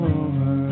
over